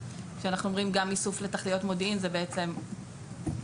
כשאנחנו אומרים גם איסוף לתכליות מודיעין זה בעצם מחריג